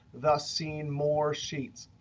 thus seeing more sheets.